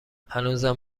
هنوزم